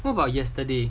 what about yesterday